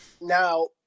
Now